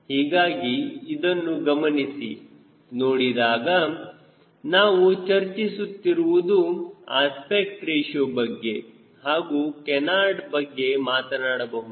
ಹೀಗಾಗಿ ಇದನ್ನು ಗಮನಿಸಿ ನೋಡಿದಾಗ ನಾವು ಚರ್ಚಿಸುತ್ತಿರುವುದು ಅಸ್ಪೆಕ್ಟ್ ರೇಶಿಯೋ ಬಗ್ಗೆ ಹಾಗೂ ಕೇನಾರ್ಡ್ ಬಗ್ಗೆ ಮಾತನಾಡಬಹುದು